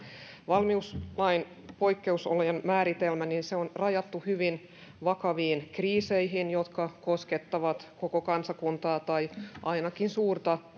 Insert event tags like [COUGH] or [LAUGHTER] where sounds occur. valmiuslain poikkeusolojen määritelmä on rajattu hyvin vakaviin kriiseihin jotka koskettavat koko kansakuntaa tai ainakin suurta [UNINTELLIGIBLE]